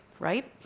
right?